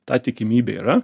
ta tikimybė yra